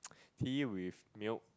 tea with milk